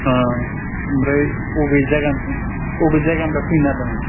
ओमफ्राय बबे जायगानि बबे जायगानिफ्राय फैनो नागिरदोंमोन